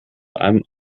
einem